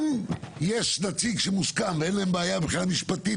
אם יש נציג שמוסכם ואין להם בעיה מבחינה משפטית,